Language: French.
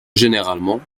généralement